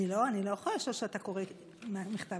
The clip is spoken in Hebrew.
אני לא יכולה כשאתה קורא מכתב.